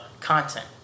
content